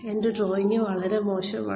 എന്റെ ഡ്രോയിംഗ് വളരെ മോശമാണ്